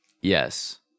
Yes